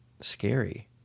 scary